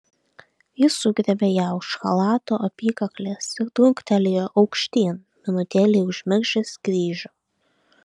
jis sugriebė ją už chalato apykaklės ir truktelėjo aukštyn minutėlei užmiršęs kryžių